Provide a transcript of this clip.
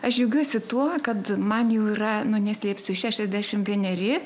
aš džiaugiuosi tuo kad man jau yra nuo neslėpsiu šešiasdešimt vieneri